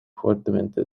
fuertemente